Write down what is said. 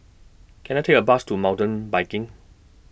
Can I Take A Bus to Mountain Biking